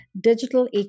digital